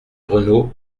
renaud